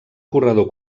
corredor